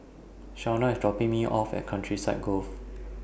Shaunna IS dropping Me off At Countryside Grove